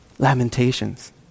Lamentations